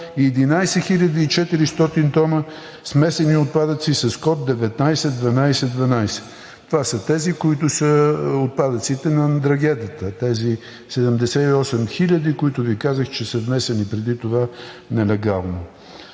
и 11 400 т смесени отпадъци с код 19 12 12. Това са отпадъците на Ндрангетата – тези 78 000, които Ви казах, че са внесени преди това нелегално.